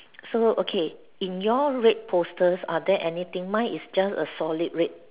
so okay in your red posters are there anything mine is just a only solid red